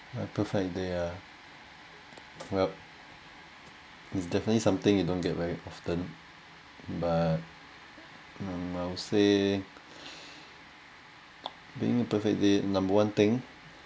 my perfect day ah well is definitely something you don't get very often but mm I'll say being a perfect day number one thing